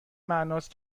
معناست